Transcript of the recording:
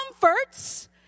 comforts